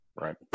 Right